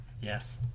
Yes